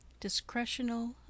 discretional